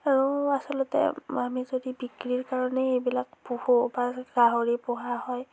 আৰু আচলতে আমি যদি বিক্ৰীৰ কাৰণে এইবিলাক পোহোঁ বা গাহৰি পোহা হয়